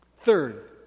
Third